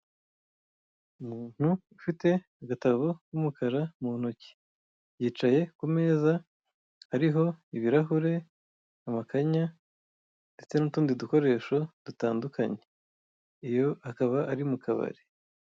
Umuntu ufite agatabo k'umukara mu ntoki, yicaye ku meza ariho ibirahure, makanya ndetse n'utundi dukoresho dutandukanye. Iyo akaba ari mu kabari.